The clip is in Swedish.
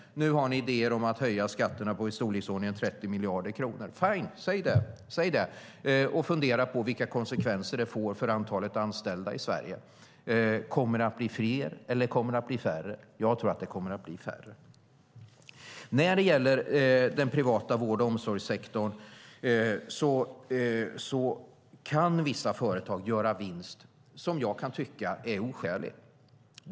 Nu har ni dock idéer om att höja skatterna med i storleksordningen 30 miljarder kronor. Fine , säg det och fundera på vilka konsekvenser det får för antalet anställda i Sverige! Kommer det att bli fler eller färre? Jag tror att det kommer att bli färre. I den privata vård och omsorgssektorn kan vissa företag göra vinster som jag kan tycka är oskäliga.